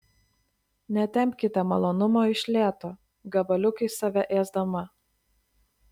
netempkite malonumo iš lėto gabaliukais save ėsdama